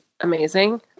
amazing